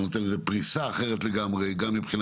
זה נותן פריסה אחרת לגמרי מבחינה